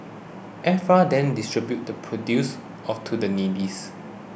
F R then distributes the produce off to the neediest